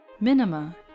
Minima